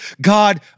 God